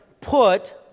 put